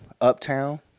Uptown